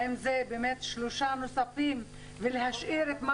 האם זה שלושה נוספים ולהשאיר את מה